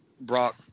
Brock